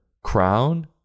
Crown